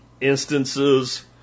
instances